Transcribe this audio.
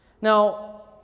Now